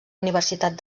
universitat